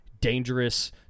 dangerous